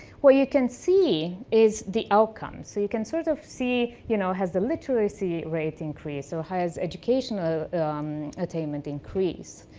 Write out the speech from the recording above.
what you can see is the outcomes. you can sort of see, you know, has the literacy rate increased? is so has educational attainment increased?